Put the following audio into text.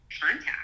contact